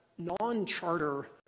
non-charter